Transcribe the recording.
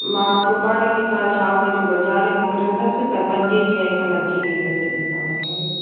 मां सुभाणे ॾिसा शाम जो बाज़ारि निकरंदसि त पंजे छह खनि अची वेंदसि ॾिसणु करे